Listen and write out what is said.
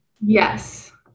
Yes